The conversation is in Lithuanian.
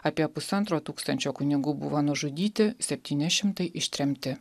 apie pusantro tūkstančio kunigų buvo nužudyti septyni šimtai ištremti